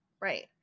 Right